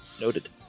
noted